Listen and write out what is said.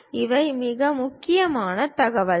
இவை மிக முக்கியமான தகவல்கள்